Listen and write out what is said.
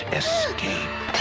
escape